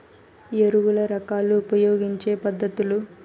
ఎరువుల రకాలు ఉపయోగించే పద్ధతులు?